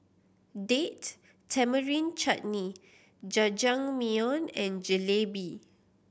Date Tamarind Chutney Jajangmyeon and Jalebi